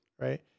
right